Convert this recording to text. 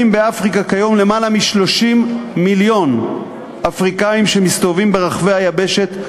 באפריקה קיימים כיום למעלה מ-30 מיליון אפריקנים שמסתובבים ברחבי היבשת,